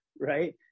right